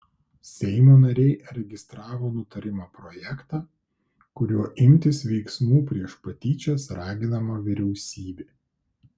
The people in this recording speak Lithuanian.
seimo nariai registravo nutarimo projektą kuriuo imtis veiksmų prieš patyčias raginama vyriausybė